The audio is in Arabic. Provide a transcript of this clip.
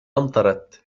أمطرت